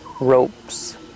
ropes